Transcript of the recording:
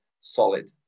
solid